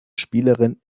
spielerin